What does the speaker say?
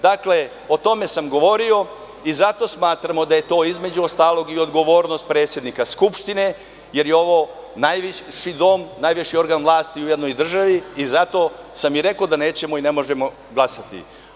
Dakle, o tome sam govorio i zato smatramo da je to, između ostalog, i odgovornost predsednika Skupštine, jer je ovo najviši dom, najviši organ vlasti u jednoj državi i zato sam i rekao da nećemo i ne možemo glasati.